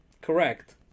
correct